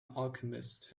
alchemist